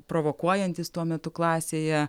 provokuojantys tuo metu klasėje